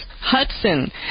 Hudson